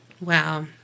Wow